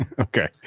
Okay